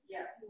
Yes